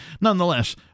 nonetheless